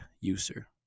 user